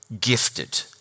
gifted